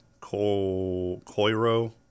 Koiro